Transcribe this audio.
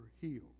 healed